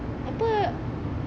apa